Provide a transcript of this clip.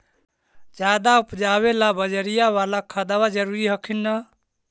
ज्यादा उपजाबे ला बजरिया बाला खदबा जरूरी हखिन न?